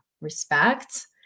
respect